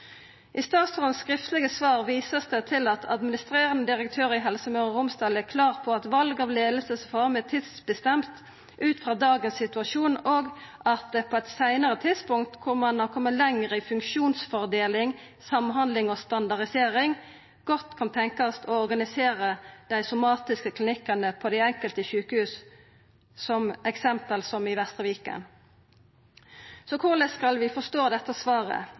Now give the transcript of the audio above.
det vist til at «[a]dministrerende direktør er imidlertid klar på at valg av ledelsesform er tidsbestemt ut fra dagens situasjon, og at det på et senere tidspunkt hvor man har kommet lengre i funksjonsfordeling, samhandling og standardisering, godt kan tenke seg å organisere de somatiske klinikkene på de enkelte sykehusene for eksempel som i Vestre Viken HF.» Så korleis skal vi forstå dette svaret